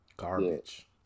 garbage